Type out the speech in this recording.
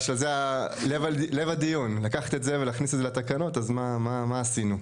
לב הדיון, לקחת את זה ולהכניס לתקנות אז מה עשינו?